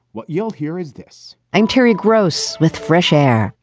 what you'll hear is this. i'm terry gross with fresh air.